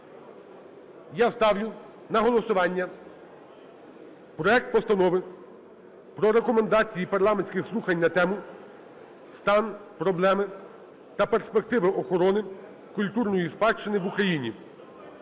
Я ставлю на голосування проект Постанови про Рекомендації парламентських слухань на тему: "Стан, проблеми та перспективи охорони культурної спадщини в Україні"